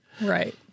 Right